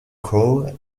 crowe